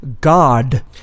God